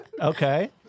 Okay